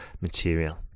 material